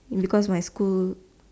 is because my school